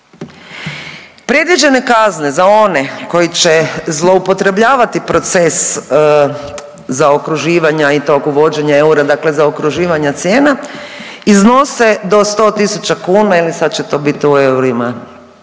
Predviđene kazne za one koji će zloupotrebljavati proces zaokruživanja i tog uvođenja eura, dakle zaokruživanja cijena iznose do 100 000 kuna ili sad će to biti u eurima